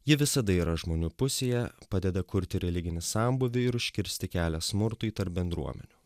ji visada yra žmonių pusėje padeda kurti religinį sambūvį ir užkirsti kelią smurtui tarp bendruomenių